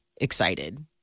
excited